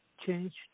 change